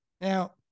Now